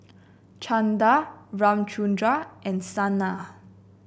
Chandi Ramchundra and Sanal